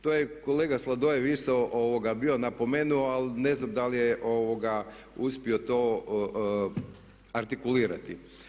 To je kolega Sladoljev isto bio napomenuo ali ne znam da li je uspio to artikulirati.